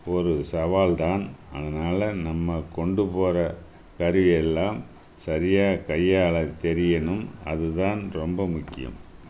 ஒரு சவால் தான் அதனால் நம்ம கொண்டு போகிற கருவி எல்லாம் சரியாக கையாள தெரியணும் அதுதான் ரொம்ப முக்கியம்